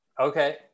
Okay